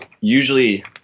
usually